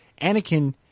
Anakin